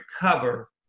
cover